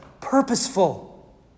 purposeful